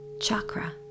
chakra